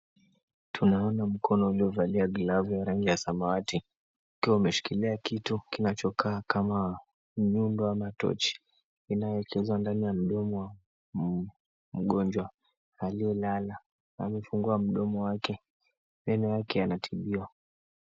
Tunaona mkono uliovalia glavu ya rangi ya samawati ukiwa umeshikilia kitu kinachokaa kama nyundo ama tochi inayocheza ndani ya mdomo wa mgonjwa aliyelala amefungua mdomo wake mbele yake anatibiwa.